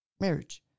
marriage